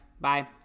Bye